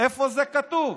איפה זה כתוב?